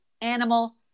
animal